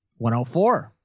104